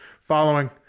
following